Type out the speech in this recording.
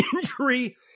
injury